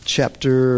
Chapter